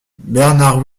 bernard